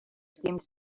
seemed